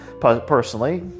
personally